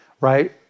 right